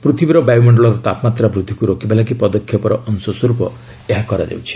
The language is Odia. ପୃଥିବୀର ବାୟୁ ମଣ୍ଡଳର ତାପମାତ୍ରା ବୃଦ୍ଧିକୁ ରୋକିବା ଲାଗି ପଦକ୍ଷେପର ଅଂଶସ୍ୱରୂପ ଏହା କରାଯାଉଛି